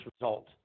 result